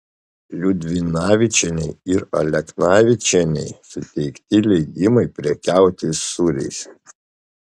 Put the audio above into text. liudvinavičienei ir aleknavičienei suteikti leidimai prekiauti sūriais